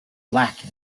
black